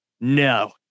no